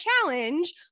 challenge